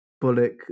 Bullock